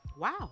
Wow